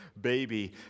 baby